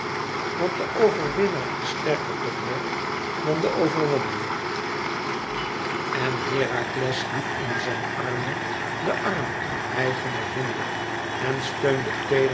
want de overwinnaar is sterker toch nog dan de overwonnene en herakles hief in zijn armen de arme hijgende hinde en steunde